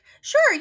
Sure